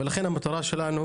ולכן המטרה שלנו